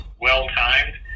well-timed